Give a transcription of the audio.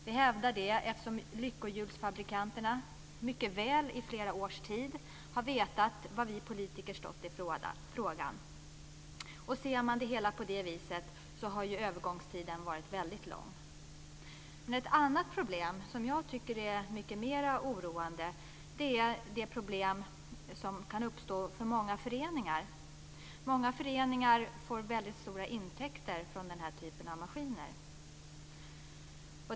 Vi hävdar det, eftersom lyckohjulsfabrikanterna mycket väl under flera års tid har vetat var vi politiker har stått i frågan. Ser man det hela i det perspektivet har övergångstiden varit väldigt lång. Ett annat problem som jag tycker är mycket mer oroande är de svårigheter som kan uppstå för många föreningar. Många föreningar har väldigt stora intäkter från den här typen av maskiner.